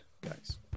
guys